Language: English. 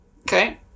Okay